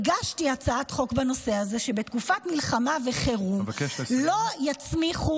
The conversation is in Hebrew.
הגשתי הצעת חוק בנושא הזה שבתקופת מלחמה וחירום לא יצמיחו